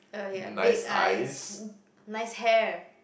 uh you have big eyes nice hair